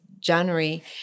January